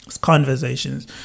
conversations